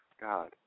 God